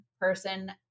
person